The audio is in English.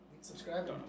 Subscribe